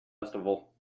festival